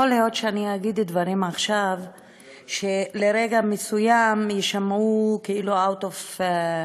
יכול להיות שאני אגיד עכשיו דברים שלרגע מסוים יישמעו כאילו out of,